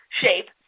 shape